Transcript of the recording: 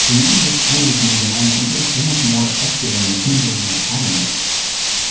to me, this always made amanda into a so much more effective and intimidating antagonist